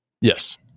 Yes